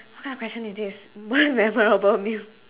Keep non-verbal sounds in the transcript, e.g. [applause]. what kind of question is this [laughs] most memorable meal